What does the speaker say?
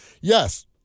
Yes